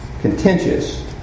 contentious